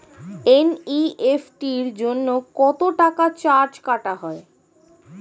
NEFT জন্য কত charge কাটা হয়?